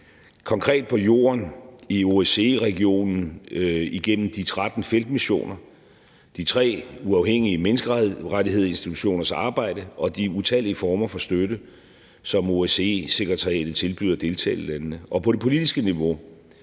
konkret på jorden i OSCE-regionen igennem de 13 feltmissioner, de tre uafhængige menneskerettighedsinstitutioners arbejde og de utallige former for støtte, som OSCE-sekretariatet tilbyder deltagerlandene,